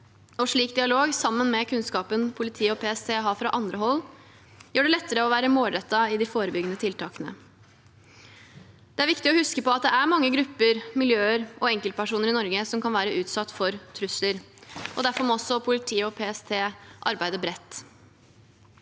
Slik dialog, sammen med kunnskapen politiet og PST har fra andre hold, gjør det lettere å være målrettet i de forebyggende tiltakene. Det er viktig å huske på at det er mange grupper, miljøer og enkeltpersoner i Norge som kan være utsatt for trusler, og derfor må også politiet og PST arbeide bredt.